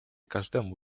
każdemu